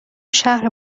شهر